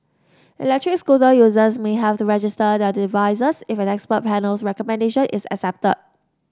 electric scooter users may have to register their devices if an expert panel's recommendation is accepted